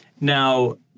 Now—